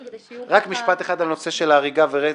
כדי שיהיו --- רק משפט אחד על הנושא של הריגה,